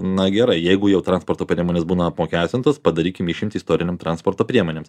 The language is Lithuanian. na gerai jeigu jau transporto priemonės būna apmokestintos padarykim išimtį istorinių transporto priemonėms